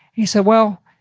he said, well,